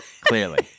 clearly